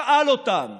שאל אותם: